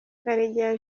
karegeya